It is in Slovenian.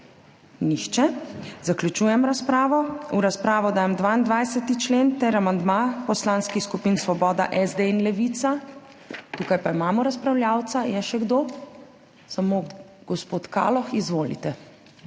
Nihče. Zaključujem razpravo. V razpravo dajem 22. člen ter amandma poslanskih skupin Svoboda, SD in Levica. Tukaj pa imamo razpravljavca. Je še kdo? (Ne.) Samo gospod Kaloh. Izvolite!